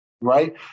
Right